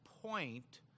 point